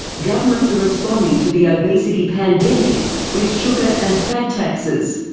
governments are responding to the obesity pandemic with sugar and fat taxes.